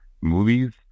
movies